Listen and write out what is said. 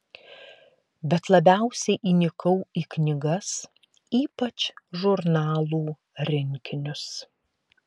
bet labiausiai įnikau į knygas ypač žurnalų rinkinius